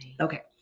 Okay